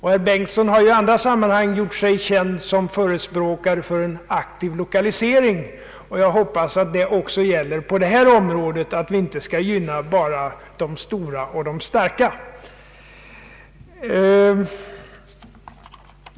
Herr Bengtson har ju i andra sammanhang gjort sig känd som förespråkare för en aktiv lokaliseringspolitik, och jag hoppas det gäller även för detta område att vi inte skall gynna bara de stora och starka.